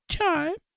time